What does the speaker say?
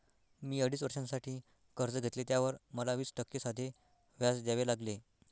मी अडीच वर्षांसाठी कर्ज घेतले, त्यावर मला वीस टक्के साधे व्याज द्यावे लागले